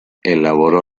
elaboró